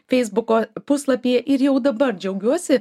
feisbuko puslapyje ir jau dabar džiaugiuosi